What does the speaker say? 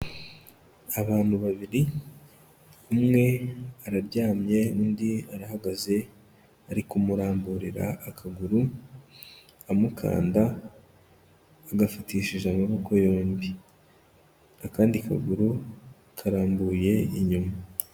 Abantu babiri umwe araryamye undi arahagaze ari kumuramburira akaguru, amukanda agafatishije amaboko yombi. Akandi kaguru karambuye inyuma.